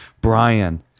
brian